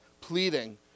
pleading